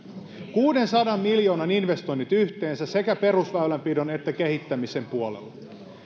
kuudensadan miljoonan investoinnit yhteensä sekä perusväylänpidon että kehittämisen puolella